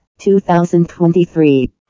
2023